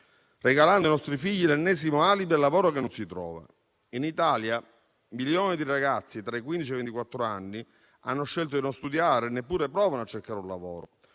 regalando ai nostri figli l'ennesimo alibi del lavoro che non si trova. In Italia milioni di ragazzi tra i quindici e i ventiquattro anni hanno scelto di non studiare e neppure provano a cercare un lavoro.